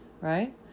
right